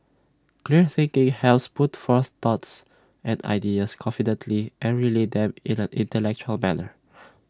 clear thinking helps put forth thoughts and ideas confidently and relay them in an intellectual manner